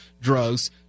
drugs